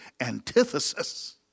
antithesis